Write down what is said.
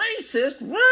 racist